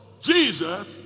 Jesus